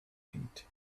feet